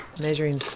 measuring